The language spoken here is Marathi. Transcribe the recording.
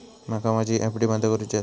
माका माझी एफ.डी बंद करुची आसा